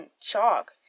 chalk